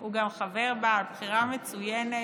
הוא גם חבר בה, בחירה מצוינת.